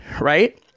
right